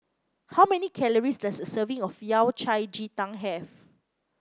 how many calories does a serving of Yao Cai Ji Tang have